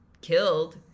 killed